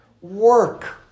work